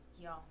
y'all